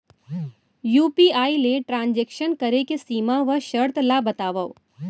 UPI ले transaction करे के सीमा व शर्त ला बतावव?